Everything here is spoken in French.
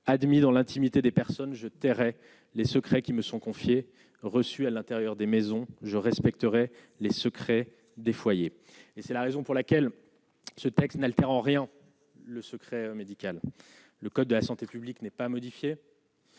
admis dans l'intimité des personnes je tairai les secrets qui me sont confiés, reçu à l'intérieur des maisons, je respecterai les secrets des foyers et c'est la raison pour laquelle ce texte n'altère en rien le secret médical, le code de la santé publique n'est pas modifiée.